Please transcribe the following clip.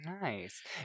Nice